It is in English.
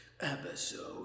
episode